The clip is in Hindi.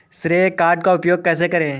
श्रेय कार्ड का उपयोग कैसे करें?